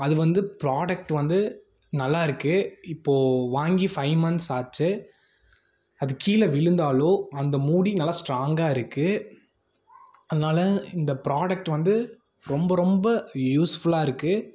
அது வந்து ப்ராடக்ட் வந்து நல்லாயிருக்கு இப்போது வாங்கி ஃபைவ் மந்த்ஸ் ஆச்சி அது கீழே விழுந்தால் அந்த மூடி நல்ல ஸ்ட்ராங்காக இருக்குது அதனால் இந்த ப்ராடக்ட் வந்து ரொம்ப ரொம்ப யூஸ்ஃபுல்லாக இருக்குது